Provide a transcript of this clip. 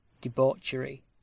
debauchery